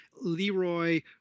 Leroy